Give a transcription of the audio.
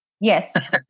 Yes